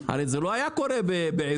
הרי זה לא היה קורה בעברית,